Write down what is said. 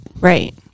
right